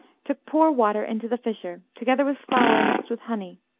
to pour water into the fissure, together with flour mixed with honey,